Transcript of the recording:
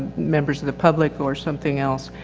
members of the public, or something else.